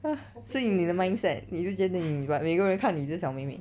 ha 所以你的 mindset 你就觉得你 but 每个人看你就是小妹妹